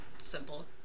simple